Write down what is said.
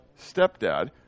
stepdad